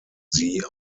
sie